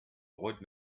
old